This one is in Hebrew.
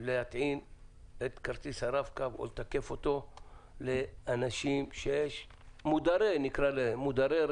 להטעין את כרטיס הרב-קו או לתקף אותו לאנשים שהם מודרי רשת,